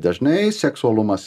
dažnai seksualumas